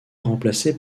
remplacé